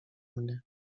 mnie